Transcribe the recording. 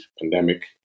pandemic